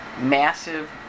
massive